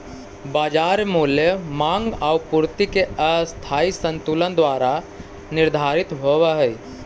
बाजार मूल्य माँग आउ पूर्ति के अस्थायी संतुलन द्वारा निर्धारित होवऽ हइ